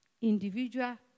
individual